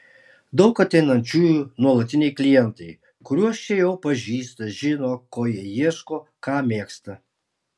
daug ateinančiųjų nuolatiniai klientai kuriuos čia jau pažįsta žino ko jie ieško ką mėgsta